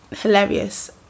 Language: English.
hilarious